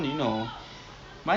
whether it's legal or not